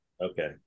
Okay